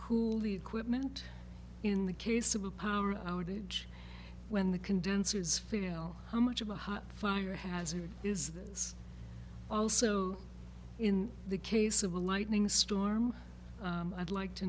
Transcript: cool the equipment in the case of a power outage when the condenser is female how much of a hot fire hazard is also in the case of a lightning storm i'd like to